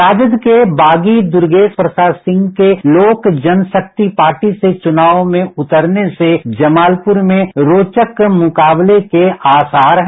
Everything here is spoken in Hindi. राजद के बागी दुर्गेश प्रसीद सिंह के लोक जनशक्ति पार्टी से चुनाव में उतरने से जमालपुर में रोचक मुकाबले के आसार हैं